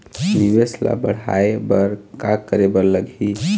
निवेश ला बड़हाए बर का करे बर लगही?